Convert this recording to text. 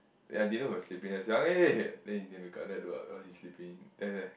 ya Dylan was sleeping then after that Xiang-Yi then he never wake up then I look up oh he's sleeping then he's like